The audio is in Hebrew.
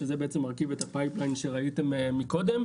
שזה בעצם מרכיב את הצנרת שראיתם מקודם,